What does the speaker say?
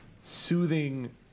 soothing